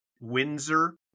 Windsor